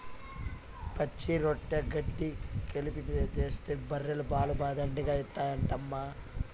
పచ్చిరొట్ట గెడ్డి కలిపి మేతేస్తే బర్రెలు పాలు దండిగా ఇత్తాయంటమ్మా